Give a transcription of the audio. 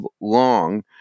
long